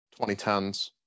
2010s